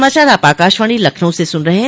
यह समाचार आप आकाशवाणी लखनऊ से सुन रहे हैं